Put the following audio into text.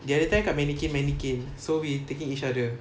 the other time kat mannequin mannequin so taking each other